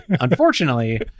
Unfortunately